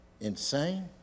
Insane